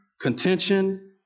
contention